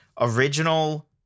original